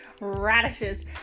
Radishes